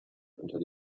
unter